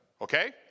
Okay